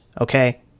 Okay